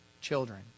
children